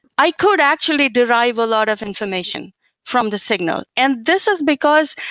i could actually derive a lot of information from the signal, and this is because